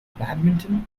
badminton